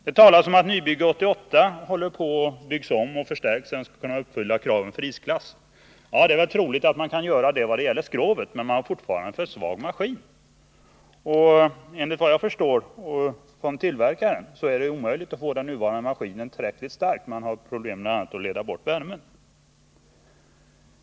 Det talas om att nybygge 88 nu byggs om och förstärks så att kraven för isklass skall kunna uppfyllas. Det är troligt att man kan göra ändringar vad gäller skrovet, men fartyget har fortfarande för svag maskin. Enligt vad jag förstår och enligt uppgift från tillverkaren är det omöjligt att få den nuvarande maskinen tillräckligt stark. Man har bl.a. problem med att leda bort värmen.